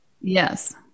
Yes